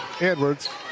Edwards